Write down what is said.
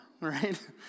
right